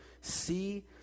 See